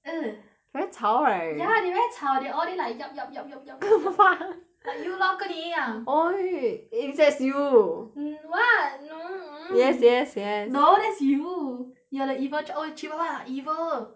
very 吵 right ya they very 吵 they all day like like you lor 跟你一样 !oi! eh that's you mmhmm what no yes yes yes no that's you you're the evil chil~ oh chihuahua evil